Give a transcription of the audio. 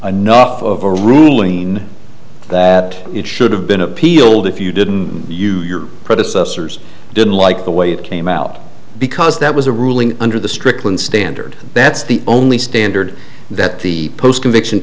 enough of a ruling that it should have been appealed if you didn't use your predecessors didn't like the way it came out because that was a ruling under the strickland standard that's the only standard that the post conviction